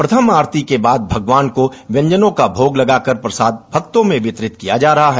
प्रथम आरती के बाद भगवान को व्यंजनों का भोग लगाकर प्रसाद भक्तों में वितरित किया जा रहा है